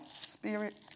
spirit